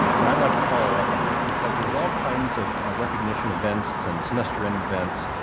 and i'd like to follow up on that because there's all kinds of recognition events and semester-end events,